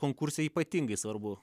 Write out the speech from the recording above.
konkurse ypatingai svarbu